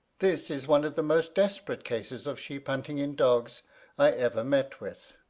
this is one of the most desperate cases of sheep-hunting in dogs i ever met with.